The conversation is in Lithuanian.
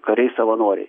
kariai savanoriai